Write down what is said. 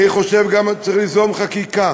אני חושב שצריך ליזום חקיקה